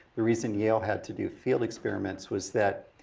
the reason yale had to do field experiments was that